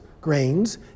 grains